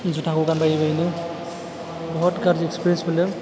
जुथाखौ गानबाय बायैनो बहत गारजि एक्सपीरियेन्स मोनदों